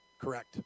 Correct